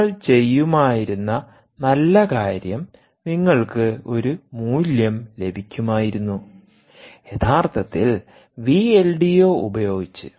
നിങ്ങൾ ചെയ്യുമായിരുന്ന നല്ല കാര്യംനിങ്ങൾക്ക് ഒരു മൂല്യം ലഭിക്കുമായിരുന്നു യഥാർത്ഥത്തിൽ വി എൽ ഡി ഒ ഉപയോഗിച്ച്